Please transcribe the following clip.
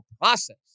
process